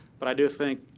but i do think